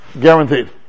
guaranteed